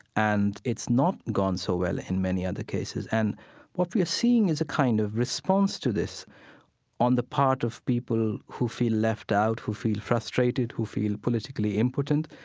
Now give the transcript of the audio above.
and it's not gone so well in many other cases and what we're seeing is a kind of response to this on the part of people who feel left out, who feel frustrated, who feel politically impotent,